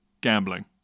gambling